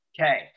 Okay